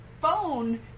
phone